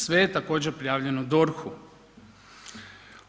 Sve je također prijavljeno DORH-u.